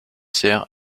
sert